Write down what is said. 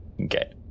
Okay